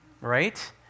right